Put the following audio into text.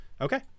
Okay